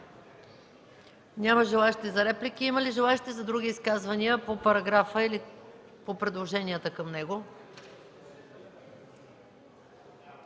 Няма желаещи за реплики. Има ли желаещи за други изказвания по параграфа или по предложенията към него?